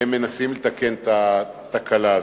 הם מנסים לתקן את התקלה הזו.